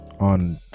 on